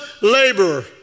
laborer